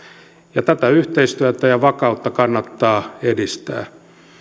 tätä yhteistyötä ja vakautta kannattaa edistää